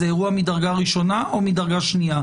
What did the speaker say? זה אירוע מדרגה ראשונה או מדרגה שנייה?